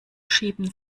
schieben